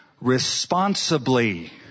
responsibly